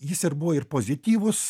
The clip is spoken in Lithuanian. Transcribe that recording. jis ir buvo ir pozityvus